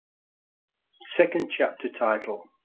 second chapter title